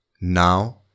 Now